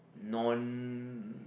non